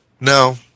No